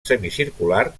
semicircular